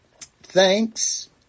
Thanks